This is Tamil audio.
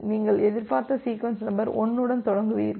நீங்கள் எதிர்பார்த்த சீக்வென்ஸ் நம்பர் 1 உடன் தொடங்குவீர்கள்